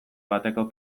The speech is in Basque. bateko